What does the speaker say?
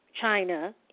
China